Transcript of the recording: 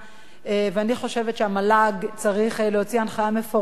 אני חושבת שהמל"ג צריכה להוציא הנחיה מפורשת,